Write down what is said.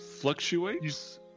fluctuates